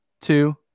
two